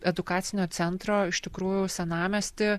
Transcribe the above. edukacinio centro iš tikrųjų senamiesty